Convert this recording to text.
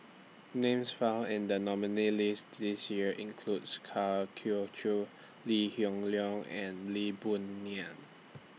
Names found in The nominees' list This Year includes Kwa Geok Choo Lee Hoon Leong and Lee Boon Ngan